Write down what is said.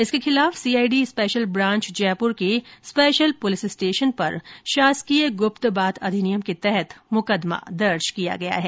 इसके खिलाफ CID special branch Jaipur के स्पेशल पुलिस स्टेशन पर शासकीय गुप्त बात अधिनियम के तहत मुकदमा दर्ज किया गया है